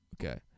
Okay